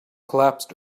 collapsed